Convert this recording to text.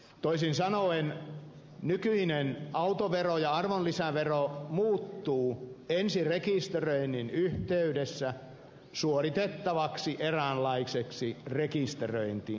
toisin sanoen nykyinen autovero ja arvonlisävero muuttuvat ensirekisteröinnin yhteydessä suoritettavaksi eräänlaiseksi rekisteröintimaksuksi